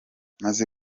maze